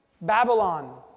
Babylon